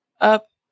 up